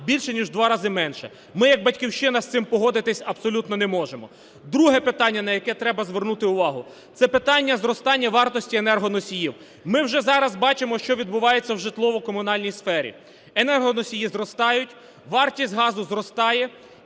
більше ніж в два рази менше. Ми як "Батьківщина" з цим погодитись абсолютно не можемо. Друге питання, на яке треба звернути увагу, це питання зростання вартості енергоносіїв. Ми вже зараз бачимо, що відбувається в житлово-комунальній сфері – енергоносії зростають, вартість газу зростає